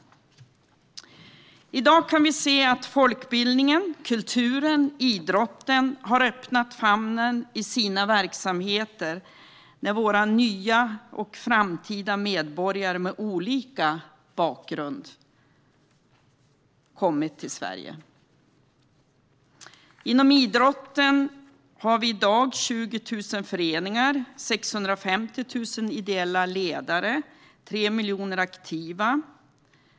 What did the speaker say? I dag kan vi se att folkbildningen, kulturen och idrotten har öppnat famnen i sina verksamheter när våra nya och framtida medborgare med olika bakgrund har kommit till Sverige. Inom idrotten har vi i dag 20 000 föreningar, 650 000 ideella ledare och 3 miljoner aktiva.